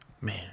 Man